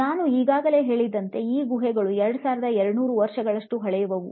ನಾನು ಈಗಾಗಲೇ ಹೇಳಿದಂತೆ ಈ ಗುಹೆಗಳು 2200 ವರ್ಷಗಳಷ್ಟು ಹಳೆಯವು